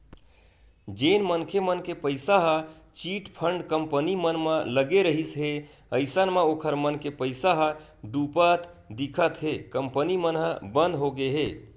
जेन मनखे मन के पइसा ह चिटफंड कंपनी मन म लगे रिहिस हे अइसन म ओखर मन के पइसा ह डुबत दिखत हे कंपनी मन ह बंद होगे हे